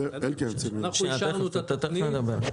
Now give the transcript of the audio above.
אנחנו אישרנו את התוכנית.